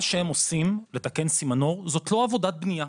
מה שהם עושים לתקן סימנור זאת לא עבודה בניה.